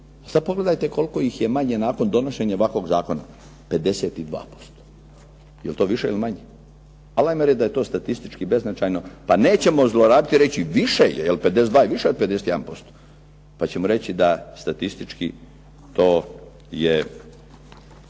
Sad pogledajte koliko ih je manje nakon donošenja ovakvog zakona 52%. Jel' to više ili manje? Ali hajmo reći da je to statistički beznačajno, pa nećemo zlorabiti i reći više je, jer 52 je više od 51% pa ćemo reći da statistički to je,